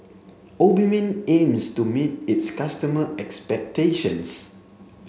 Obimin aims to meet its customer expectations